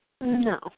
no